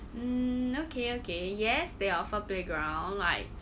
mm okay okay yes they offer playground like